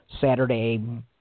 Saturday